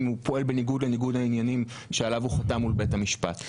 אם הוא פועל בניגוד לניגוד העניינים שעליו הוא חתם מול בית המשפט?